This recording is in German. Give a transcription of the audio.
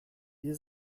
wir